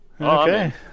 okay